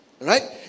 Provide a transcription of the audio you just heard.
Right